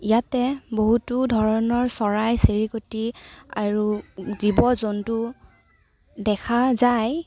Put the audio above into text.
ইয়াতে বহুতো ধৰণৰ চৰাই চিৰিকতি আৰু জীৱ জন্তু দেখা যায়